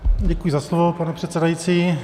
Děkuji za slovo, pane předsedající.